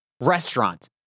restaurant